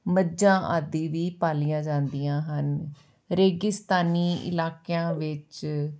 ਮੱਝਾਂ ਆਦਿ ਵੀ ਪਾਲੀਆਂ ਜਾਂਦੀਆਂ ਹਨ ਰੇਗਿਸਤਾਨੀ ਇਲਾਕਿਆਂ ਵਿੱਚ